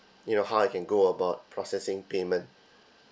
you know how I can go about processing payment